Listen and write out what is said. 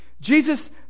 Jesus